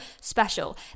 special